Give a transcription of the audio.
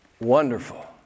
wonderful